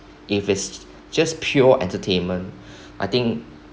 if it's just pure entertainment I think